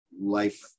life